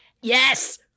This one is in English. Yes